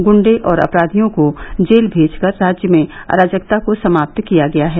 गुंडे और अपराधियों को जेल मेजकर राज्य में अराजकता को समाप्त किया गया है